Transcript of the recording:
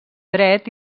dret